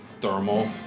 Thermal